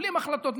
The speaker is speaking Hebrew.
מקבלים החלטות,